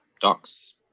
docs